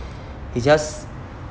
it just